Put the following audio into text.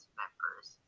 members